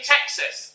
Texas